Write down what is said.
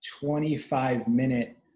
25-minute